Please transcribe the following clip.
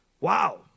Wow